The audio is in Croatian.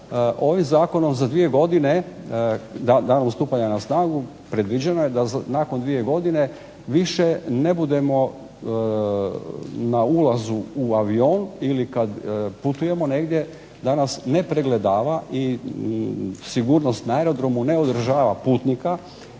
ovim zakonom za dvije godine, danom stupanja na snagu predviđeno je da nakon dvije godine više ne budemo na ulazu u avion ili kad putujemo negdje da nas ne pregledava i sigurnost na aerodromu ne održava putnika,